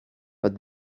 but